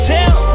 Tell